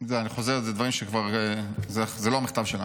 זה כבר לא המכתב שלה.